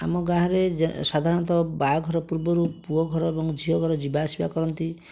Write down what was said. ଆମ ଗାଁରେ ଯେ ସାଧାରଣତଃ ବାହାଘର ପୂର୍ବରୁ ପୁଅଘର ଏବଂ ଝିଅଘର ଯିବାଆସିବା କରନ୍ତି